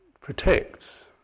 protects